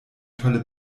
tolle